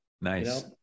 Nice